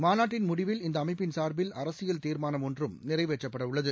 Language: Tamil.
மாநாட்டின் முடிவில் இந்த அமைப்பின் சார்பில் அரசியல் தீர்மானம் ஒன்றும் நிறைவேற்றப்பட உள்ளது